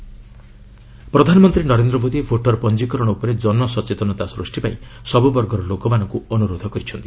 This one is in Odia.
ପିଏମ୍ ଭୋଟର୍ସ ଡେ ପ୍ରଧାନମନ୍ତ୍ରୀ ନରେନ୍ଦ୍ର ମୋଦି ଭୋଟର ପଞ୍ଜିକରଣ ଉପରେ ଜନସଚେତନତା ସୃଷ୍ଟି ପାଇଁ ସବୁବର୍ଗର ଲୋକମାନଙ୍କୁ ଅନୁରୋଧ କରିଛନ୍ତି